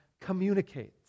communicates